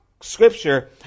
scripture